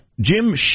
Jim